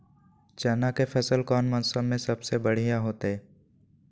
चना के फसल कौन मौसम में सबसे बढ़िया होतय?